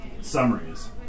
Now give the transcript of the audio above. summaries